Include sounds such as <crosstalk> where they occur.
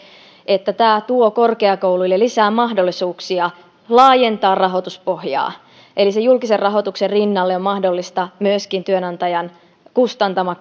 että tämä tuo korkeakouluille lisää mahdollisuuksia laajentaa rahoituspohjaa eli julkisen rahoituksen rinnalla on mahdollista myöskin työnantajan kustantama <unintelligible>